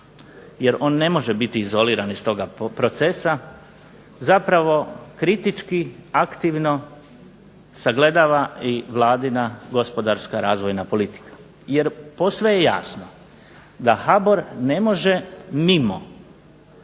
jer on ne može biti izoliran iz toga procesa, zapravo kritički aktivno sagledava i Vladina gospodarska razvojna politika. Jer posve je jasno da HBOR ne može mimo